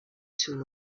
two